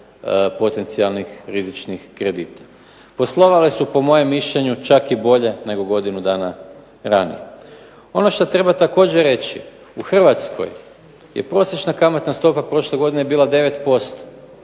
potencijalnih rizičnih kredita. Poslovale su po mojem mišljenju čak i bolje nego godinu dana ranije. Ono što treba također reći u Hrvatskoj je prosječna kamatna stopa prošle godine bila 9%